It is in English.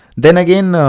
then again,